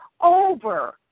over